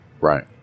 right